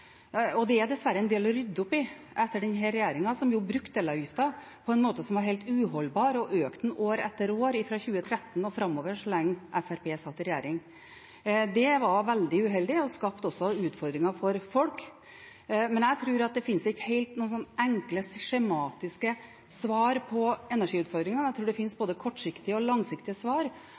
og langsiktige tiltak, og det er dessverre en del å rydde opp i etter denne regjeringen, som brukte elavgiften på en måte som var helt uholdbar, og økte den år etter år fra 2013 og framover så lenge Fremskrittspartiet satt i regjering. Det var veldig uheldig og skapte også utfordringer for folk. Men jeg tror ikke det finnes helt enkle, skjematiske svar på energiutfordringene. Jeg tror det finnes både kortsiktige og langsiktige svar,